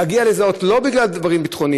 להגיע לזהות לא בגלל דברים ביטחוניים,